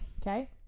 Okay